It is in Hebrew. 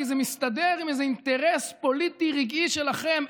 כי זה מסתדר עם איזה אינטרס פוליטי רגעי שלכם.